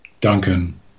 Duncan